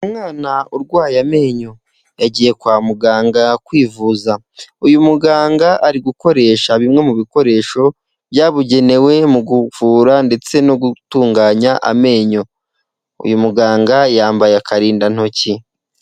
Umwana urwaye amenyo yagiye kwa muganga kwivuza. uyu muganga ari gukoresha bimwe mu bikoresho byabugenewe mu kuvura ndetse no gutunganya amenyo, uyu muganga yambaye akarindantoki.